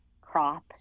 crop